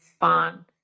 fun